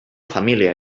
família